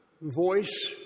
voice